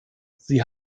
sie